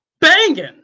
banging